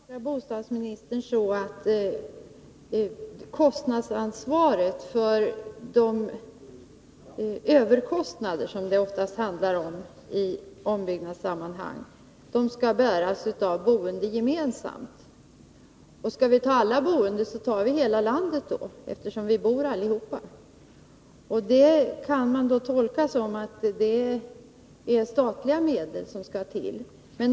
Herr talman! Jag uppfattar bostadsministern så, att han anser att ansvaret för de överkostnader som det oftast handlar om i ombyggnadssammanhang skall bäras av de boende gemensamt. Och skall vi ta alla boende, så ser vi till hela landet, eftersom vi ju bor allihopa. Detta kan man då tolka så, att det är statliga medel som skall till.